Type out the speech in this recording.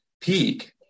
peak